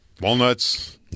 Walnuts